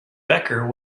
becker